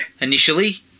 Initially